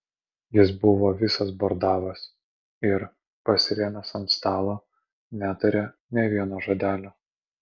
jis buvo visas bordavas ir pasirėmęs ant stalo netarė nė vieno žodelio